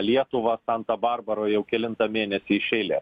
lietuvą santa barbaroj jau kelintą mėnesį iš eilės